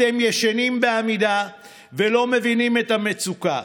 אתם ישנים בעמידה ולא מבינים את המצוקה,